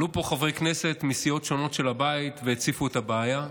עלו פה חברי כנסת מסיעות שונות של הבית והציפו את הבעיה,